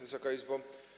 Wysoka Izbo!